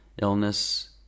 illness